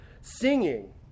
singing